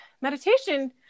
meditation